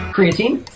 Creatine